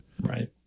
right